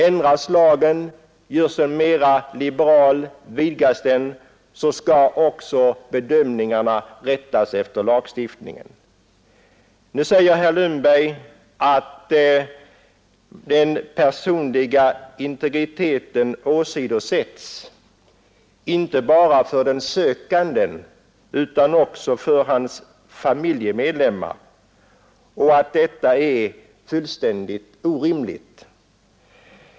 Ändras lagen, görs den mera liberal eller vidgas, skall också bedömningarna rättas efter lagstiftningen. Herr Lundberg anser att den personliga integriteten åsidosätts inte bara för den sökande utan också för hans familjemedlemmar och att detta är fullständigt orimligt.